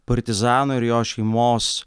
partizano ir jo šeimos